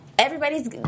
everybody's